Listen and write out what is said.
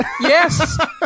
Yes